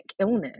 illness